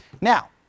Now